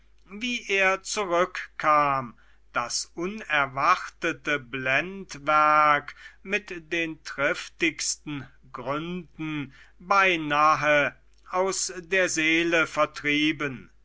wie er zurückkam das unerwartete blendwerk mit den triftigsten gründen beinahe aus der seele vertrieben